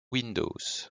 windows